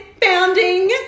bounding